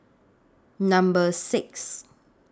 Number six